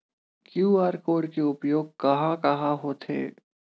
QR code के उपयोग कहां कहां होथे?